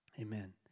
Amen